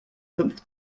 fünf